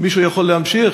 מישהו יכול להמשיך?